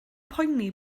poeni